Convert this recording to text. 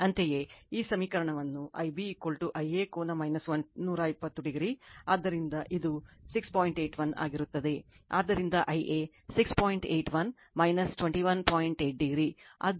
ಅಂತೆಯೇ ಈ ಸಮೀಕರಣವನ್ನು Ib Iaಕೋನ 120 o ಆದ್ದರಿಂದ ಇದು 6